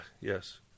yes